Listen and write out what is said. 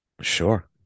Sure